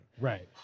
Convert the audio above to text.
Right